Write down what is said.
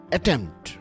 Attempt